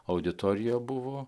auditorija buvo